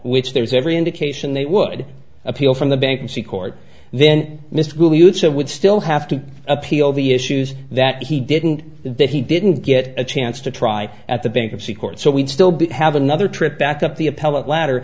which there is every indication they would appeal from the bankruptcy court then mr who use it would still have to appeal the issues that he didn't get that he didn't get a chance to try at the bankruptcy court so we'd still be have another trip back up the